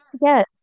Yes